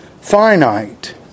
finite